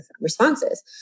responses